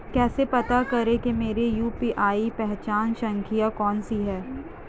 कैसे पता करें कि मेरी यू.पी.आई पहचान संख्या कौनसी है?